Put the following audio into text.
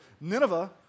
Nineveh